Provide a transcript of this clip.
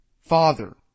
Father